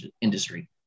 industry